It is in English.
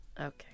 Okay